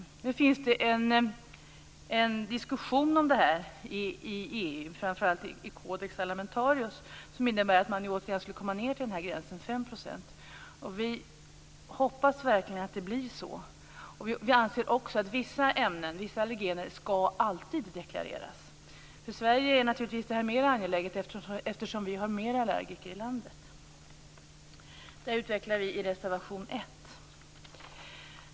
I EU förekommer en diskussion om dessa saker, framför allt i Codex Alimentarius, som går ut på att man återigen skall komma ned till gränsen 5 %. Vi hoppas verkligen att det blir så. Vi menar att vissa ämnen, allergener, alltid skall deklareras. För Sverige är detta naturligtvis mer angeläget eftersom det finns fler allergiker i vårt land. Detta resonemang utvecklar vi i reservation 1.